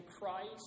Christ